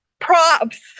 props